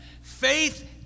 faith